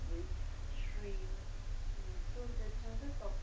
we we talk